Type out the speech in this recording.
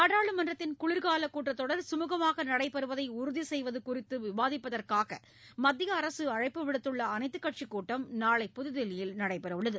நாடாளுமன்றத்தின் குளிர்காலக் கூட்டத் தொடர் சுமுகமாக நடைபெறுவதை உறுதி செய்வது குறித்து விவாதிப்பதற்காக மத்திய அரசு அழைப்பு விடுத்துள்ள அனைத்துக் கட்சிக் கூட்டம் நாளை புதுதில்லியில் நடைபெறவுள்ளது